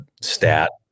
stat